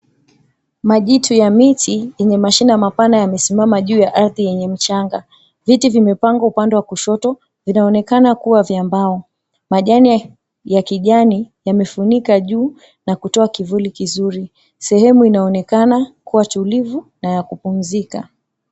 Majitu ya miti yenye mashina mapana yamesimama juu ya ardhi yenye mchanga. Viti vimepangwa upande wa kushoto. Vinaonekana kuwa vya mbao. Majani ya kijani yamefunika juu na kutoa kivuli kizuri. Sehemu inaonekana kuwa tulivu na ya kupumzika.